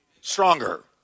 stronger